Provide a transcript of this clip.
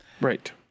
Right